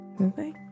Okay